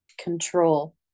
control